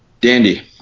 Dandy